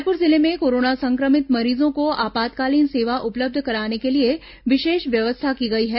रायपुर जिले में कोरोना संक्रमित मरीजों को आपातकालीन सेवा उपलब्ध कराने के लिए विशेष व्यवस्था की गई है